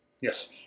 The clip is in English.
Yes